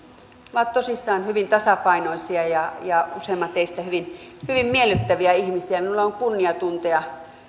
ovat tosiaan hyvin tasapainoisia ja ja useimmat heistä hyvin hyvin miellyttäviä ihmisiä minulla on kunnia tuntea